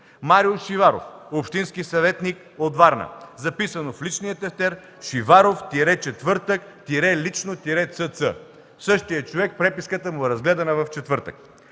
Марио Шиваров – общински съветник от Варна. Записано в личния тефтер: „Шиваров – четвъртък – лично – ЦЦ”. На същия човек преписката му е разгледана в четвъртък.